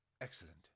excellent